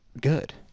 good